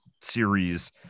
series